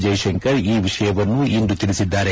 ಜೈಶಂಕರ್ ಈ ವಿಷಯವನ್ನು ಇಂದು ತಿಳಿಸಿದ್ದಾರೆ